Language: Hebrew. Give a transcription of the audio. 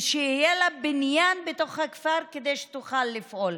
שיהיה לה בניין בתוך הכפר כדי שתוכל לפעול,